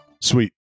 sweet